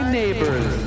neighbor's